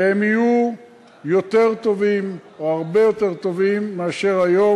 והם יהיו יותר טובים או הרבה יותר טובים מאשר היום.